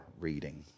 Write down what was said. reading